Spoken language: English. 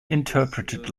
interpreted